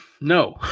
No